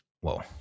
whoa